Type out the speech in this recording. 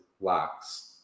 locks